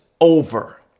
over